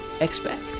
expect